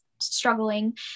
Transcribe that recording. struggling